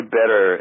better